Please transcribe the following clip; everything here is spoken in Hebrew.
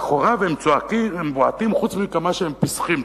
באחוריו הם בועטים חוץ מכמה שהם פיסחים".